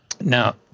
Now